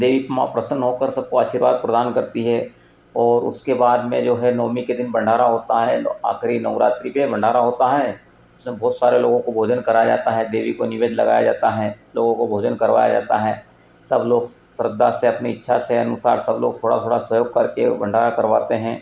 देवी माँ प्रसन्न हो कर सबको आशीर्वाद प्रदान करती है ओर उसके बाद में जो है नवमी के दिन भंडारा होता है आखिरी नौरात्रि पर भंडारा होता है उसमें बहुत सारे लोगों को भोजन कराया जाता है देवी को निवेध लगाया जाता है लोगों को भोजन करवाया जाता है सब लोग श्रद्धा से अपनी इच्छा से अनुसार सब लोग थोड़ा थोड़ा सहयोग करके भंडारा करवाते हैं